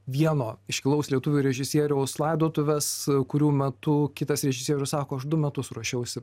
vieno iškilaus lietuvių režisieriaus laidotuves kurių metu kitas režisierius sako aš du metus ruošiausi